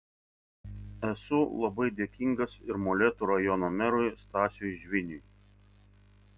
esu labai dėkingas ir molėtų rajono merui stasiui žviniui